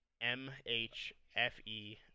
m-h-f-e